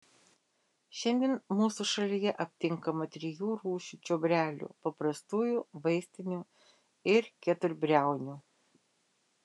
šiandien mūsų šalyje aptinkama trijų rūšių čiobrelių paprastųjų vaistinių ir keturbriaunių